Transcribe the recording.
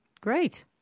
Great